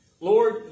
Lord